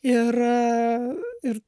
ir ir